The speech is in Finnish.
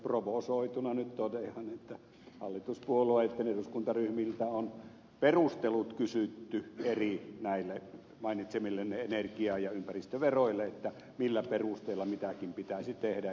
provosoituna nyt totean että hallituspuolueitten eduskuntaryhmiltä on perustelut kysytty näille mainitsemillenne eri energia ja ympäristöveroille millä perusteella mitäkin pitäisi tehdä